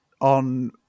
on